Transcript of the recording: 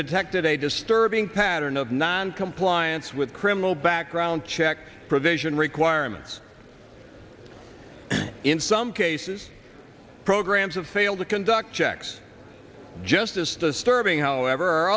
detected a disturbing pattern of noncompliance with criminal background check provision requirements in some cases programs have failed to conduct checks justice disturbing however